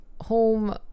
home